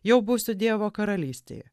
jau būsiu dievo karalystėje